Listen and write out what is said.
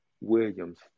Williams